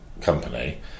company